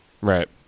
Right